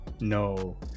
No